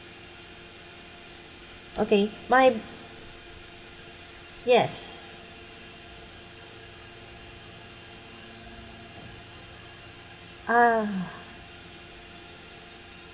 okay my yes ah